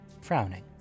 frowning